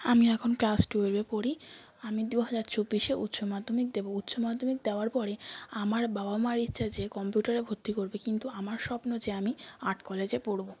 আমি এখন ক্লাস টুয়েলভে পড়ি আমি দু হাজার চব্বিশে উচ্চমাধ্যমিক দেবো উচ্চমাধ্যমিক দেওয়ার পরে আমার বাবা মার ইচ্ছা যে কম্পিউটারে ভর্তি করবে কিন্তু আমার স্বপ্ন যে আমি আর্ট কলেজে পড়বো